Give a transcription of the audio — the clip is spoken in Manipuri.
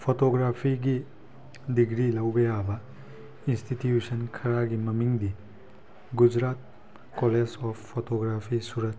ꯐꯣꯇꯣꯒ꯭ꯔꯥꯐꯤꯒꯤ ꯗꯤꯒ꯭ꯔꯤ ꯂꯧꯕ ꯌꯥꯕ ꯏꯟꯁꯇꯤꯇ꯭ꯌꯨꯁꯟ ꯈꯔꯒꯤ ꯃꯃꯤꯡꯗꯤ Gujarat college of photography Surat